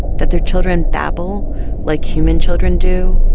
that their children babble like human children do,